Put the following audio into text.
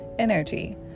Energy